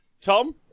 Tom